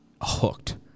hooked